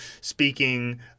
speaking